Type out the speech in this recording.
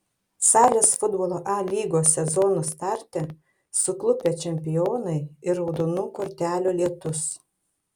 salės futbolo a lygos sezono starte suklupę čempionai ir raudonų kortelių lietus